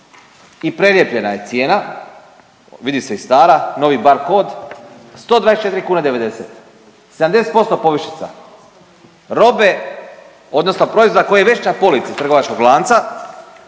i prelijepljena je cijena, vidi se i stara, novi bar kod 124 kune 90. 70% povišica robe odnosno proizvoda koji je već na polici trgovačkog lanca